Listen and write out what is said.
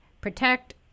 protect